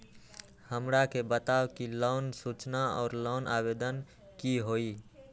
हमरा के बताव कि लोन सूचना और लोन आवेदन की होई?